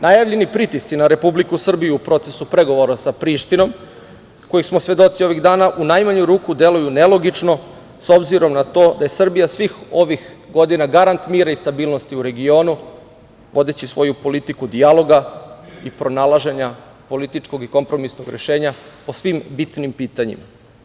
Najavljeni pritisci na Republiku Srbiju u procesu pregovora sa Prištinom, kojih smo svedoci ovih dana, u najmanju ruku deluju nelogično, s obzirom na to da je Srbija svih ovih godina garant mira i stabilnosti u regionu, vodeći svoju politiku dijaloga i pronalaženja političkog i kompromisnog rešenja po svim bitnim pitanjima.